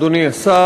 תודה לך, אדוני השר,